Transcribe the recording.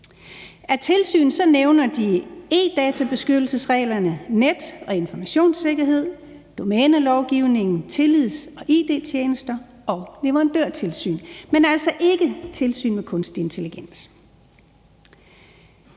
Af tilsyn nævner de e-data-beskyttelsesreglerne, net- og informationssikkerhed, domænelovgivning, tillids- og id-tjenester og leverandørtilsyn, men altså ikke tilsyn med kunstig intelligens.